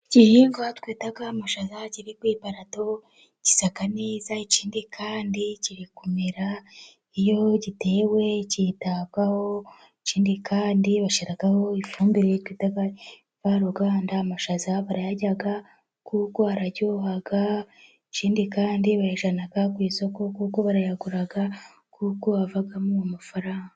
Igihingwa twita amashaza kiri ku iparato gisa neza, ikindi kandi kiri kumera iyo gitewe kitabwaho, ikindi kandi bashyiraho ifumbire yitwa imvaruganda, amashaza barayarya kuko araryoha, ikindi kandi bayajyana ku isoko kuko barayagura kuko avamo amafaranga.